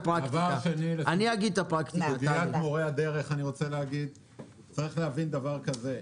שני, בסוגיית מורי הדרך, צריך להבין דבר כזה: